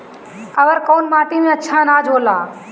अवर कौन माटी मे अच्छा आनाज होला?